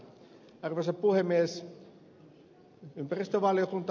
arvoisa puhemies